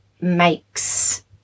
makes